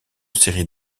série